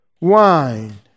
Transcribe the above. wine